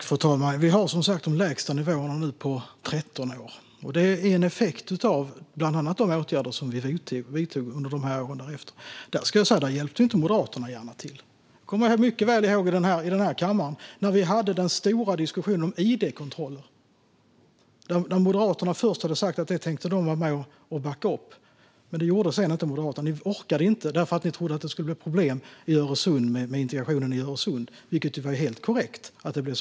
Fru talman! Vi har som sagt de lägsta nivåerna på 13 år. Det är en effekt av bland annat de åtgärder som vi vidtog under åren efter 2015, men då hjälpte Moderaterna inte gärna till. Jag kommer mycket väl ihåg när vi hade den stora debatten om idkontrollerna. Först sa Moderaterna att de skulle backa upp det, men sedan orkade de inte göra det eftersom de trodde att det skulle bli problem med integrationen runt Öresund, vilket var ett helt korrekt antagande.